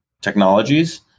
technologies